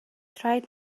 rhaid